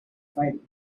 fighting